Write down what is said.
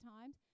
times